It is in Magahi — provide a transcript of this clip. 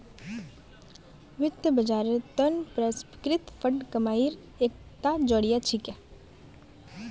वित्त बाजारेर त न पारस्परिक फंड कमाईर एकता जरिया छिके